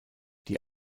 die